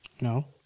No